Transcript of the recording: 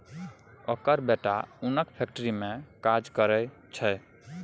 ओकर बेटा ओनक फैक्ट्री मे काज करय छै